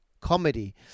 comedy